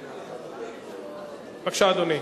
בבקשה, אדוני.